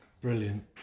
Brilliant